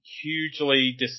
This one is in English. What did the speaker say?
hugely